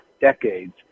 decades